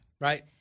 Right